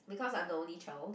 because I'm the only child